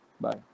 Bye